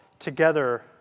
together